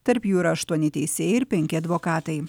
tarp jų yra aštuoni teisėjai ir penki advokatai